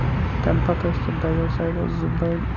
تَمہِ پَتہٕ ٲسۍ تتھ دوٚیو سایڈَو زٕ بٔڑۍ